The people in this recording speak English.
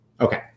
Okay